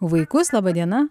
vaikus laba diena